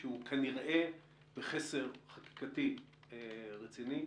שהוא כנראה בחסר חקיקתי רציני.